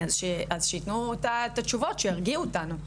אז שייתנו את התשובות שירגיעו אותנו.